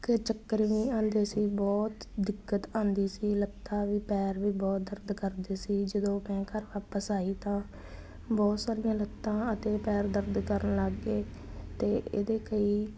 ਕ ਚੱਕਰ ਵੀ ਆਂਉਦੇ ਸੀ ਬਹੁਤ ਦਿੱਕਤ ਆਂਉਦੀ ਸੀ ਲੱਤਾਂ ਵੀ ਪੈਰ ਵੀ ਬਹੁਤ ਦਰਦ ਕਰਦੇ ਸੀ ਜਦੋਂ ਮੈਂ ਘਰ ਵਾਪਿਸ ਆਈ ਤਾਂ ਬਹੁਤ ਸਾਰੀਆਂ ਲੱਤਾਂ ਅਤੇ ਪੈਰ ਦਰਦ ਕਰਨ ਲੱਗ ਗਏ ਅਤੇ ਇਹਦੇ ਕਈ